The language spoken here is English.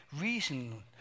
reason